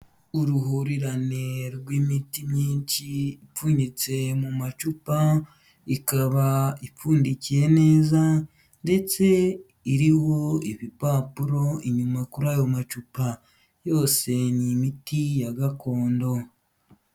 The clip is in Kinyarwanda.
Uruhurirane rw'imiti myinshi, ipfunyitse mu macupa ikaba ipfundikiye neza, ndetse iriho ibipapuro inyuma kuri ayo macupa. Yose ni imiti ya gakondo.